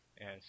Yes